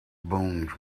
bones